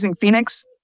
Phoenix